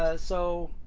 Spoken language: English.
ah so.